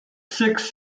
six